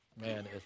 Man